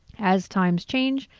as times change,